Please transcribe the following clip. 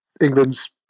England's